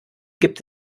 gibt